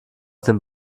dem